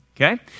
okay